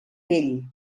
vell